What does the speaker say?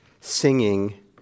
Singing